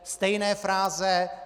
Stejné fráze.